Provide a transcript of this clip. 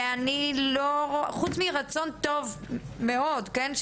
אני לא רואה חוץ מרצון טוב מאוד, כן?